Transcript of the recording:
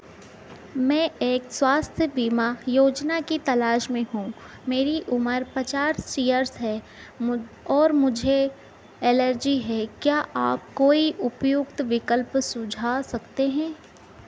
मैं एक स्वास्थ्य बीमा योजना की तलाश में हूँ मेरी उम्र पचास इयर्स है मु और मुझे एलर्जी है क्या आप कोई उपयुक्त विकल्प सुझा सकते हैं